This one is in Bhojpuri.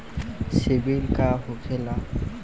सीबील का होखेला?